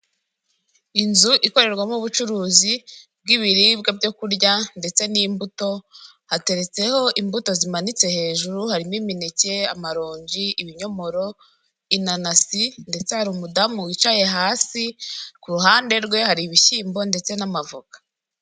Inzu ikorerwamo ubucuruzi bw'ibiribwa byo kurya ndetse n'imbuto, hateretseho imbuto zimanitse hejuru, harimo imineke, amarongi, ibinyomoro, inanasi, ndetse hari umudamu wicaye hasi, ku ruhande rwe hari ibishyimbo ndetse n'amavoka.